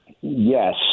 Yes